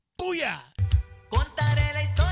booyah